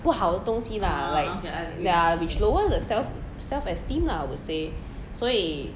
不好的东西 lah like ya which lowers the self self esteem lah I would say 所以